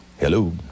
hello